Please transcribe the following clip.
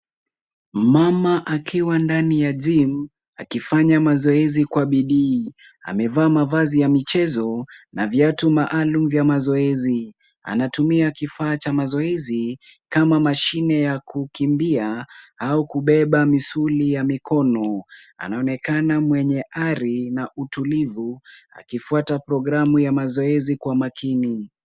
Mama akiwa ndani ya gym akifanya mazoezi kwa bidii. Amevaa mavazi ya michezo na viatu maalum vya mazoezi. Anatumia kifaa cha mazoezi kama mashine ya kukimbia au kubeba misuli ya mikono. Anaonekana mwenye ari na utulivu akifuata programu ya mazoezi kwa makini.